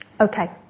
Okay